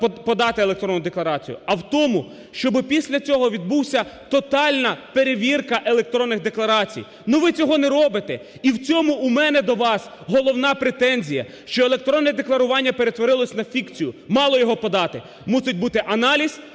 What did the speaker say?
подати електронну декларацію, а в тому, щоб після цього відбулася тотальна перевірка електронних декларацій. Ну, ви цього не робите і в цьому у мене до вас головна претензія, що електронне декларування перетворилось на фікцію. Мали його подати. Мусить бути аналіз,